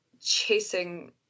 chasing